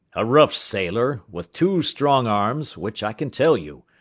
a rough sailor, with two strong arms, which, i can tell you,